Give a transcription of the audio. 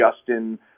Justin